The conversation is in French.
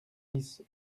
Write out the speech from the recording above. dix